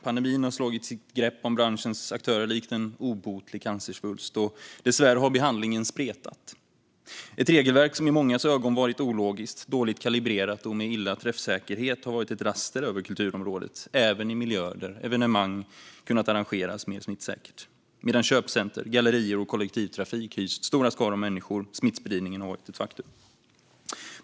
Pandemin har tagit sitt grepp om branschens aktörer likt en obotlig cancersvulst, och dessvärre har behandlingen spretat. Ett regelverk som i mångas ögon varit ologiskt och dåligt kalibrerat och haft dålig träffsäkerhet har varit ett raster över kulturområdet, även i miljöer där evenemang kunnat arrangeras mer smittsäkert, medan köpcentrum, gallerior och kollektivtrafik hyst stora skaror människor. Smittspridningen har varit ett faktum.